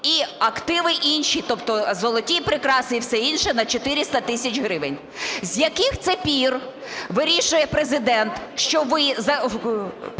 і активи інші, тобто золоті прикраси і все інше, на 400 тисяч гривень. З яких це пір вирішує Президент, що